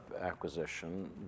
acquisition